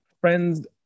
Friends